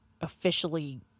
officially